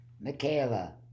Michaela